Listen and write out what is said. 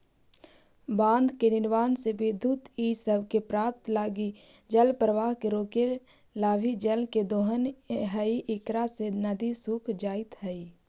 बाँध के निर्माण से विद्युत इ सब के प्राप्त लगी जलप्रवाह के रोकला भी जल के दोहन हई इकरा से नदि सूख जाइत हई